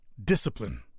discipline